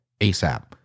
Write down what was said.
ASAP